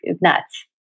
nuts